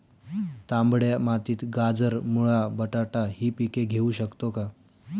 तांबड्या मातीत गाजर, मुळा, बटाटा हि पिके घेऊ शकतो का?